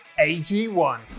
AG1